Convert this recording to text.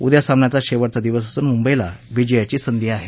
उद्या सामन्याचा शेवटचा दिवस असून मुंबईला विजयाची संधी आहे